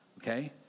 Okay